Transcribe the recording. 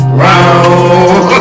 round